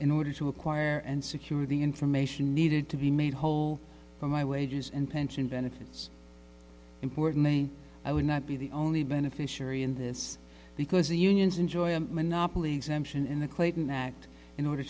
in order to acquire and secure the information needed to be made whole from my wages and pension benefits importantly i would not be the only beneficiary in this because the unions enjoy a monopoly exemption in the clayton act in order